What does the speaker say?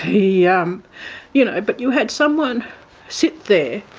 yeah um you know but you had someone sit there,